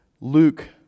Luke